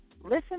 Listen